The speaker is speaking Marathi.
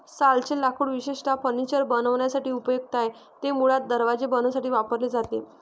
सालचे लाकूड विशेषतः फर्निचर बनवण्यासाठी उपयुक्त आहे, ते मुळात दरवाजे बनवण्यासाठी वापरले जाते